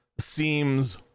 seems